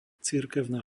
cirkevná